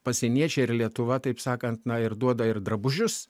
pasieniečiai ir lietuva taip sakant na ir duoda ir drabužius